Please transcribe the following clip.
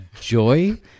joy